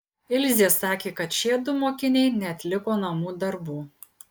ilzė sakė kad šiedu mokiniai neatliko namų darbų